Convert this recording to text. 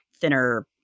thinner